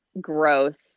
Gross